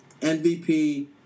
MVP